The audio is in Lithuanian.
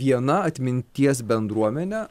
viena atminties bendruomenė